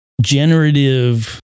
generative